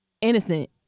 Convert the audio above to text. innocent